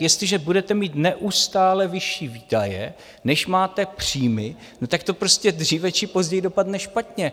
Jestliže budete mít neustále vyšší výdaje, než máte příjmy, tak to prostě dříve či později dopadne špatně.